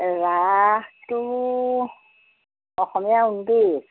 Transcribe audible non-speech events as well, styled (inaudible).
ৰাসটো অসমীয়াৰ (unintelligible)